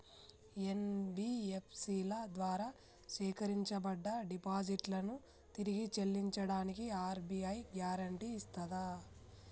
NBFC ల ద్వారా సేకరించబడ్డ డిపాజిట్లను తిరిగి చెల్లించడానికి ఆర్.బి.ఐ గ్యారెంటీ ఇస్తదా?